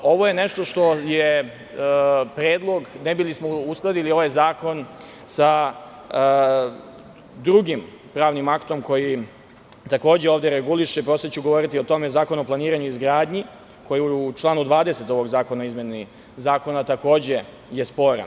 Ovo je nešto što je predlog ne bi li smo uskladili ovaj zakon sa drugim pravnim aktom koji takođe ovde reguliše, posle ću govoriti o tome, Zakon o planiranju i izgradnji, koji je u članu 20. ovog zakona o izmeni zakona takođe sporan.